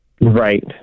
Right